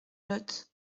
lot